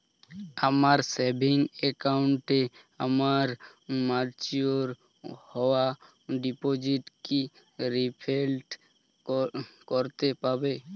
আমার সেভিংস অ্যাকাউন্টে আমার ম্যাচিওর হওয়া ডিপোজিট কি রিফ্লেক্ট করতে পারে?